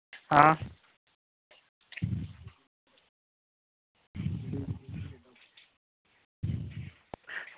हां